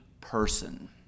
person